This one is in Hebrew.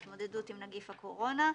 התמודדות עם נגיף הקורונה,